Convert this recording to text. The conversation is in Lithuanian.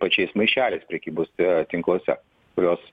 pačiais maišeliais prekybos tinkluose kuriuos